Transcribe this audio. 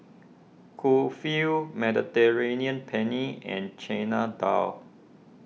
Kulfi Mediterranean Penne and Chana Dal